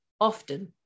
often